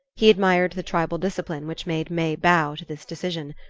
he admired the tribal discipline which made may bow to this decision.